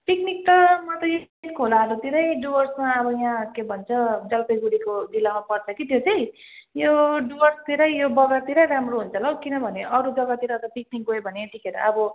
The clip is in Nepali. पिकनिक त म त्यही लेस खोलाहरूतिरै डुवर्समा अब यहाँ के भन्छ जलपाइगुडीको जिल्लामा पर्छ कि त्यो चाहिँ यो डुवर्सतिरै यो बगरतिरै राम्रो हुन्छ होला हौ किनभने अरू जगातिर त पिकनिक गयो भने यतिखेर अब